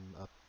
up